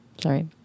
Sorry